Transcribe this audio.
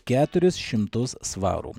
keturis šimtus svarų